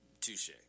Touche